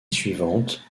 suivante